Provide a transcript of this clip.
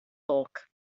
bulk